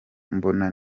mbona